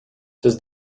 does